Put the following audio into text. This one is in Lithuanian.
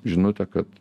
žinutė kad